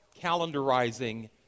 calendarizing